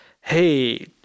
hey